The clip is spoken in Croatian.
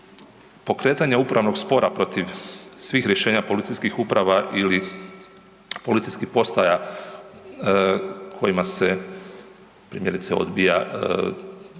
pokretanje upravnog spora protiv svih rješenja policijskih uprava ili policijskih postaja kojima se primjerice odbija